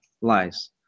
lies